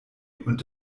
und